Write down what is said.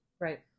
right